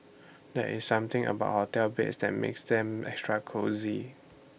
there's something about hotel beds that makes them extra cosy